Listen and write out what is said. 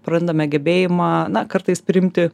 prarandame gebėjimą na kartais priimti